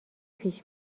پیش